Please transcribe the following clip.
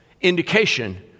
indication